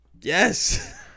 Yes